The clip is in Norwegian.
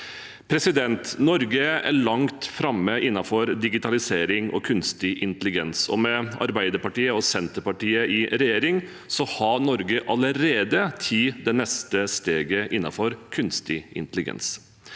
partiene. Norge er langt framme innenfor digitalisering og kunstig intelligens. Med Arbeiderpartiet og Senterpartiet i regjering har Norge allerede tatt det neste steget innenfor kunstig intelligens.